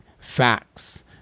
facts